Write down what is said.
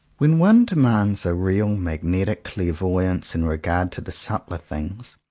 when one demands a real magnetic clairvoyance in regard to the subtler things,